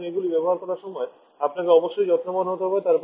সুতরাং এগুলি ব্যবহার করার সময় আপনাকে অবশ্যই যত্নবান হতে হবে